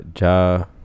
Ja